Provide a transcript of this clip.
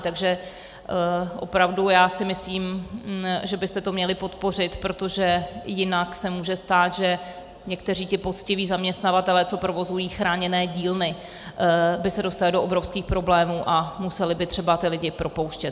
Takže si opravdu myslím, že byste to měli podpořit, protože jinak se může stát, že někteří poctiví zaměstnavatelé, co provozují chráněné dílny, by se dostali do obrovských problémů a museli by třeba ty lidi propouštět.